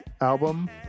album